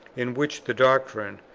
in which the doctrine,